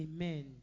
Amen